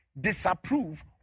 disapprove